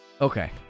Okay